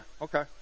okay